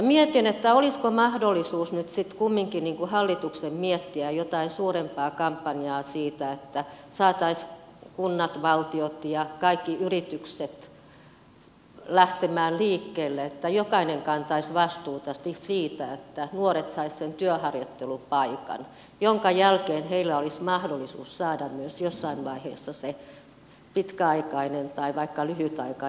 mietin olisiko mahdollisuus nyt sitten kumminkin hallituksen miettiä jotain suurempaa kampanjaa siitä että saataisiin kunnat valtio ja kaikki yritykset lähtemään liikkeelle että jokainen kantaisi vastuuta siitä että nuoret saisivat sen työharjoittelupaikan jonka jälkeen heillä olisi mahdollisuus saada myös jossain vaiheessa se pitkäaikainen tai vaikka lyhytaikainen työpaikka